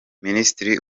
minisitiri